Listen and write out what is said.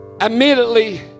immediately